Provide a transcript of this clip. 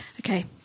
Okay